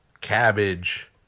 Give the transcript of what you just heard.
cabbage